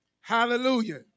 Hallelujah